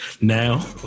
Now